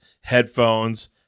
headphones